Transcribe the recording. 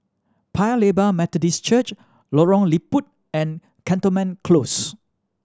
Paya Lebar Methodist Church Lorong Liput and Cantonment Close